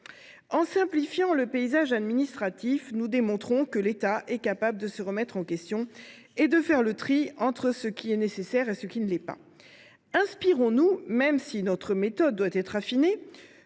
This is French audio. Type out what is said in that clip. En simplifiant le paysage administratif, nous démontrerons que l’État est capable de se remettre en question et de faire le tri entre ce qui est nécessaire et ce qui ne l’est pas. Même si la méthode doit être affinée,